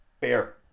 bear